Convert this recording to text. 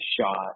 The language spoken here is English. shot